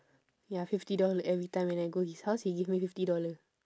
ya fifty dollar everytime when I go his house he give me fifty dollar